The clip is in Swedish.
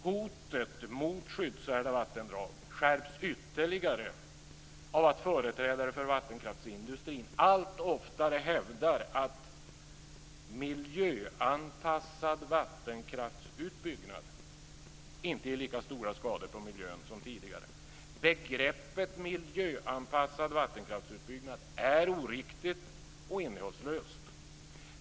Hotet mot skyddsvärda vattendrag skärps ytterligare av att företrädare för vattenkraftsindustrin allt oftare hävdar att miljöanpassad vattenkraftsutbyggnad inte ger lika stora skador på miljön som tidigare. Begreppet miljöanpassad vattenkraftsutbyggnad är oriktigt och innehållslöst.